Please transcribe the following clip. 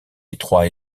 étroit